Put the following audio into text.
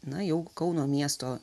na jau kauno miesto